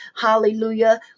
hallelujah